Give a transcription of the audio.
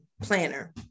planner